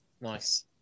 Nice